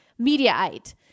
Mediaite